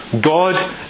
God